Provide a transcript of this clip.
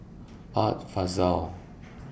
Art Fazil